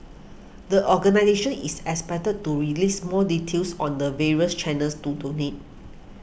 the organisation is expected to release more details on the various channels to donate